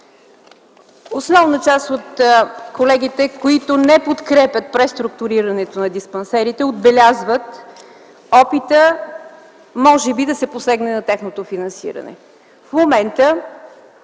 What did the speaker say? Основната част от колегите, които не подкрепят преструктурирането на диспансерите, отбелязват опита да се посегне може би на тяхното финансиране. В момента